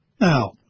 Now